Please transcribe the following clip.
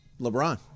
LeBron